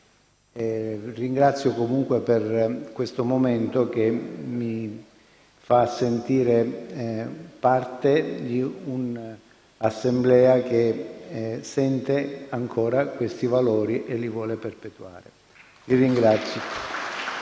Ringrazio comunque per questo momento, che mi fa sentire parte di un'Assemblea che sente ancora questi valori e li vuole perpetuare.